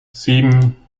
sieben